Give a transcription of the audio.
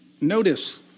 notice